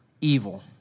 evil